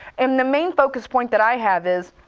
and the main focus point that i have is,